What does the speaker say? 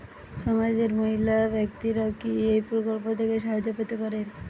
সমাজের মহিলা ব্যাক্তিরা কি এই প্রকল্প থেকে সাহায্য পেতে পারেন?